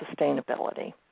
sustainability